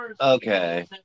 Okay